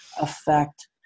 affect